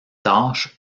tâches